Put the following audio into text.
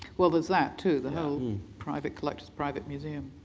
well, there's that too, the whole private collector's private museum.